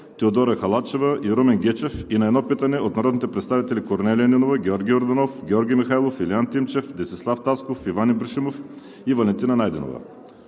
Теодора Халачева и Румен Гечев; и на едно питане от народните представители Корнелия Нинова, Георги Йорданов, Георги Михайлов, Илиан Тимчев, Десислав Тасков, Иван Ибришимов и Валентина Найденова.